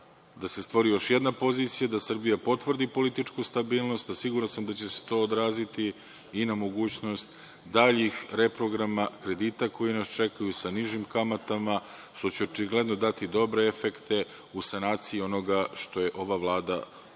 da se stvori još jedna pozicija da Srbija potvrdi političku stabilnost, a siguran sam da će se to odraziti i na mogućnost daljih reprograma kredita koji nas čekaju sa nižim kamatama, što će očigledno dati dobre efekte u sanaciji onoga što je ova Vlada dočekala